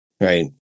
Right